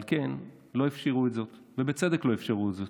על כן, לא אפשרו את זה, ובצדק לא אפשרו את זה.